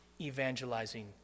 evangelizing